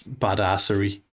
badassery